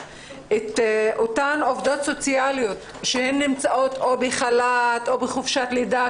את אותן עובדות סוציאליות שהן נמצאות או בחל"ת או בחופשת לידה,